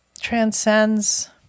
transcends